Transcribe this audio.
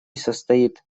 состоит